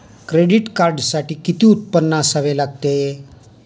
Credit कार्डसाठी किती उत्पन्न असावे लागते?